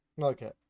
Okay